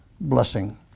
blessing